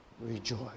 rejoice